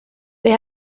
they